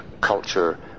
culture